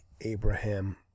Abraham